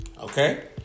Okay